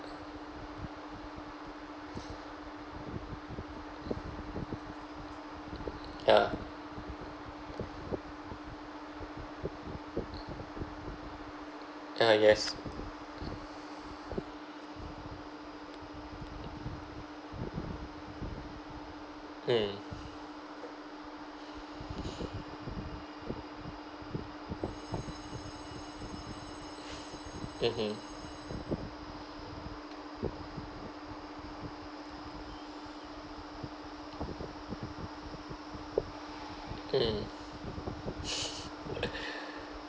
ya uh yes mm mmhmm mm